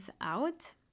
out